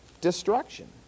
destruction